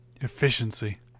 Efficiency